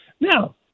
Now